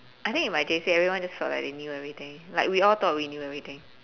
I think in my J_C everyone just felt like they knew everything like we all thought we knew everything